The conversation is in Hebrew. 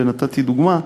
ונתתי דוגמה,